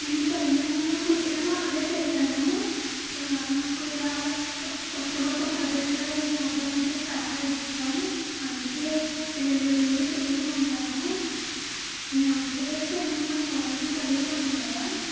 నేను తెలంగాణలో పుట్టాను అక్కడే పెరిగాను నాకు ఇలా కొత్త కొత్త ప్రదేశాలను చూడడం అంటే చాలా ఇష్టం అందుకే వేర్వేరు ఊర్లు తిరుగుతూ ఉంటాను మీ ఆంధ్రప్రదేశ్లో ఏమైనా చూడాల్సిన ప్రదేశాలు ఉన్నాయా